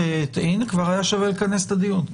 כבר היה שווה לכנס את הדיון.